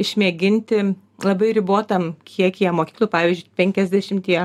išmėginti labai ribotam kiekyje mokyklų pavyzdžiui penkiasdešimtyje